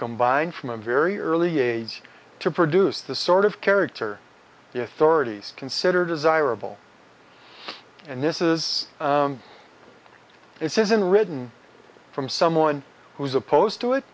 combine from a very early age to produce the sort of character yes already considered desirable and this is it isn't written from someone who's opposed to it